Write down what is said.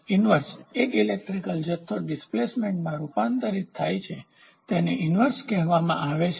inverse એક electrical જથ્થો ડિસ્પ્લેસમેન્ટમાં રૂપાંતરિત થાય છે તેને ઈન્વર્સ કહેવામાં આવે છે